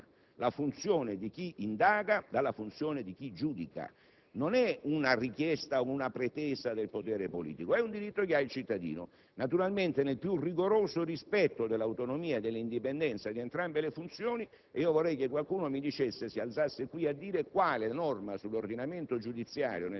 Il cittadino ha diritto a che sia distinta la funzione di chi indaga dalla funzione di chi giudica - non si tratta di una richiesta o di una pretesa del potere politico, ma di un diritto che ha il cittadino - naturalmente, nel più rigoroso rispetto dell'autonomia e dell'indipendenza di entrambe le funzioni. Vorrei che qualcuno si alzasse, qui,